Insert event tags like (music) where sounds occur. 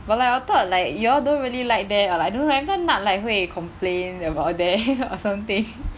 but like I thought like you all don't really like there or like I don't know leh cause nad like 会 complain about there (laughs) or something